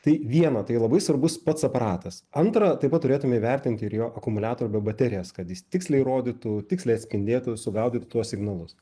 tai viena tai labai svarbus pats aparatas antra taip pat turėtume įvertinti ir jo akumuliatorių baterijas kad jis tiksliai įrodytų tiksliai atspindėtų sugaudytų tuos signalus